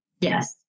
Yes